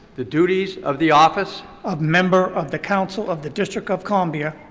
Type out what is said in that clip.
the duties of the office. of member of the council of the district of columbia.